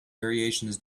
variations